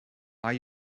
are